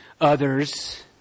others